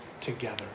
together